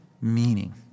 meaning